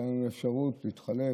לנו הייתה אפשרות להתחלף,